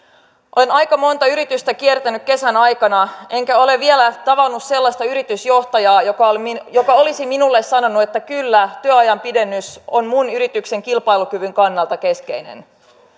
olen aika monta yritystä kiertänyt kesän aikana enkä ole vielä tavannut sellaista yritysjohtajaa joka olisi minulle sanonut että kyllä työajan pidennys on minun yritykseni kilpailukyvyn kannalta keskeinen